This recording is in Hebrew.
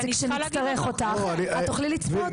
זה כשנצטרך אותך את תוכלי לצפות.